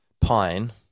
pine